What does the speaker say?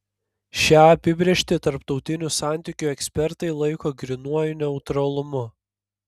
šią apibrėžtį tarptautinių santykių ekspertai laiko grynuoju neutralumu